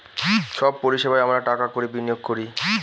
সব পরিষেবায় আমরা টাকা কড়ি বিনিয়োগ করি